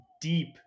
deep